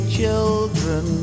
children